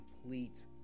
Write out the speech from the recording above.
complete